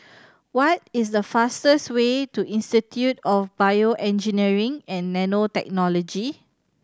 what is the fastest way to Institute of BioEngineering and Nanotechnology